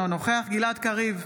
אינו נוכח גלעד קריב,